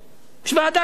יש ועדה כזאת.